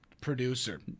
producer